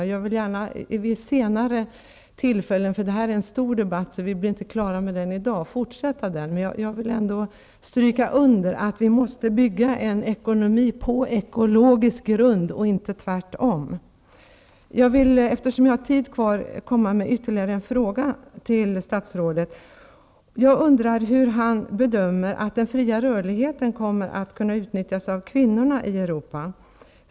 Det här är en stor debatt, som vi inte blir klara med i dag, och jag vill gärna fortsätta den vid ett senare tillfälle, men jag vill nu gärna stryka under att vi måste bygga ekonomin på ekologisk grund och inte tvärtom. Eftersom jag har taletid kvar vill jag ställa ytterligare en fråga till statsrådet: Jag undrar hur han bedömer att den fria rörligheten kommer att kunna utnyttjas av kvinnorna i Europa.